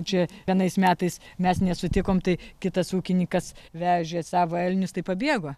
čia vienais metais mes nesutikom tai kitas ūkininkas vežė savo elnius tai pabėgo